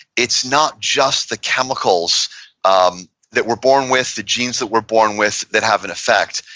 it's not just the chemicals um that we're born with, the genes that we're born with, that have an effect.